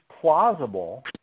plausible